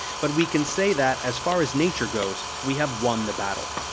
but we can say that, as far as nature goes, we have won the battle.